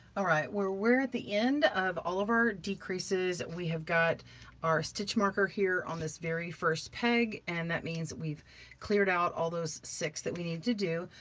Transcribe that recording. all right, we're we're at the end of all of our decreases, we have got our stitch marker here on this very first peg. and that means that we've cleared out all those six that we needed to do.